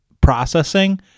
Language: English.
processing